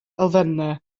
elfennau